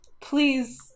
Please